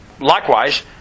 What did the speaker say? Likewise